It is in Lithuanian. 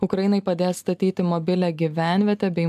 ukrainai padės statyti mobilią gyvenvietę bei